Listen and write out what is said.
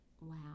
wow